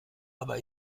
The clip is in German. aber